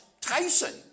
Tyson